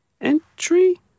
entry